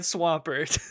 Swampert